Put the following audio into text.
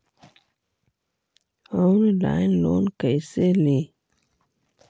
Online loan कैसे ली?